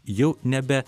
jau nebe